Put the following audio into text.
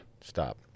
Stop